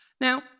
Now